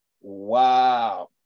wow